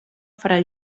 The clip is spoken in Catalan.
fra